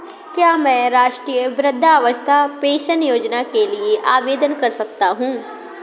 क्या मैं राष्ट्रीय वृद्धावस्था पेंशन योजना के लिए आवेदन कर सकता हूँ?